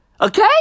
okay